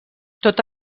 tota